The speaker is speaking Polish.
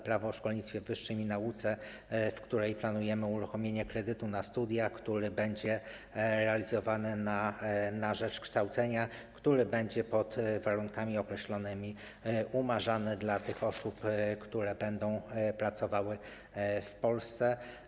Prawo o szkolnictwie wyższym i nauce, w której planujemy uruchomienie kredytu na studia, który będzie realizowany na rzecz kształcenia, który będzie pod określonymi warunkami umarzany tym osobom, które będą pracowały w Polsce.